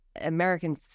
American